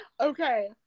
Okay